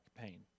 pain